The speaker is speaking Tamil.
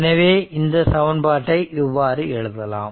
எனவே இந்த சமன்பாட்டை இவ்வாறு எழுதலாம்